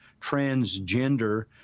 transgender